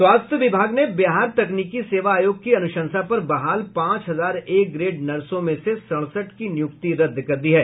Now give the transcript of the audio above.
स्वास्थ्य विभाग ने बिहार तकनीकी सेवा आयोग की अनुशंसा पर बहाल पांच हजार ए ग्रेड नर्सों में से सड़सठ की नियुक्ति रद्द कर दी है